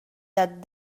that